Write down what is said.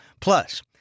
Plus